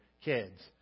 kids